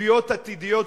תביעות עתידיות,